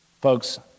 Folks